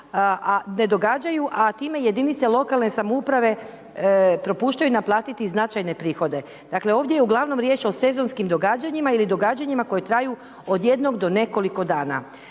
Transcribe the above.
ne događaju, a time jedinice lokalne samouprave propuštaju naplatiti značajne prihode, dakle ovdje je uglavnom riječ o sezonskim događanjima ili događanjima koje traje od jednog do nekoliko dana.